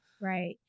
Right